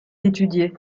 étudié